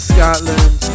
Scotland